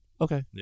Okay